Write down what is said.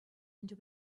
into